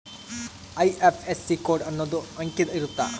IFSC code ಅನ್ನೊಂದ್ ಅಂಕಿದ್ ಇರುತ್ತ